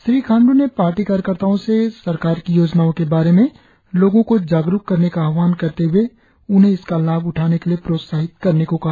श्री खाण्डू ने पार्टी कार्यकर्ताओं से सरकार की योजनाओं के बारे में लोगों को जागरुक करने का आह्वान करते हुए उन्हें इसका लाभ उठाने के लिए प्रोत्साहित करने को कहा